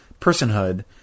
personhood